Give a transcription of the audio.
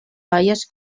baies